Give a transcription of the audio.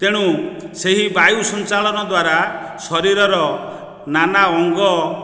ତେଣୁ ସେହି ବାୟୁ ସଞ୍ଚାଳନ ଦ୍ୱାରା ଶରୀରର ନାନା ଅଙ୍ଗ